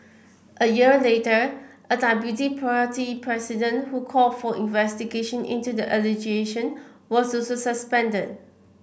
a year later a deputy party president who called for investigation into the allegations was also suspended